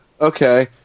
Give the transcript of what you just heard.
okay